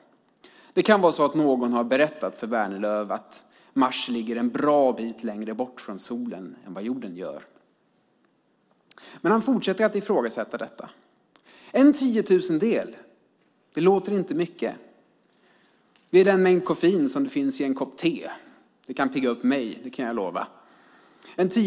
Någon kan ha berättat för Vänerlöv att Mars ligger en bra bit längre bort från solen än vad jorden gör. Vänerlöv fortsätter emellertid att ifrågasätta koldioxidens roll. En tiotusendel låter inte mycket. Det är lika mycket som mängden koffein i en kopp te. Det kan pigga upp mig, kan jag lova.